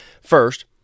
First